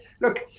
look